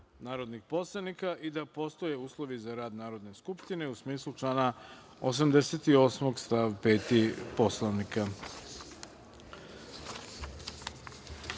narodnih poslanika i da postoje uslovi za rad Narodne skupštine u smislu člana 88. stav 5. Poslovnika. Pre